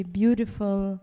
beautiful